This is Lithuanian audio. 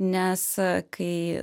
nes kai